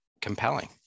compelling